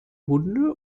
hunde